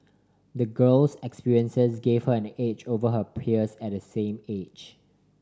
the girl's experiences gave her an edge over her peers at the same age